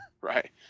right